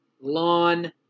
Lawn